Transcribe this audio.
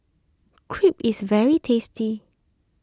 Crepe is very tasty